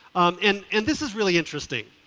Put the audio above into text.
and and this is really interesting.